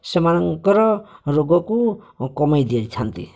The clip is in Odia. ସେମାନଙ୍କର ରୋଗକୁ କମେଇ ଦେଇଥାନ୍ତି